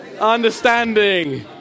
Understanding